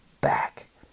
back